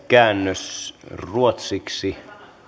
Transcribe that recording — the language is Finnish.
käännös ruotsiksi